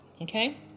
okay